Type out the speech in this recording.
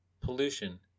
pollution